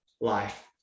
life